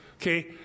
Okay